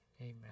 amen